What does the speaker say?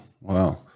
Wow